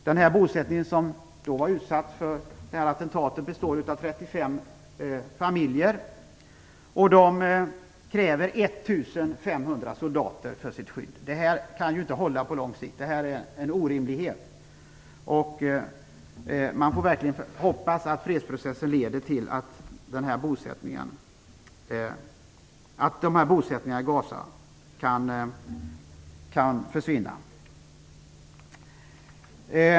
Den bosättning som var utsatt för attentat består av 35 familjer. De kräver 1 500 soldater för sitt skydd. Det kan inte hålla på lång sikt. Det är en orimlighet. Vi får verkligen hoppas att fredsprocessen leder till att bosättningarna i Gaza kan försvinna.